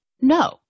No